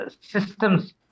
systems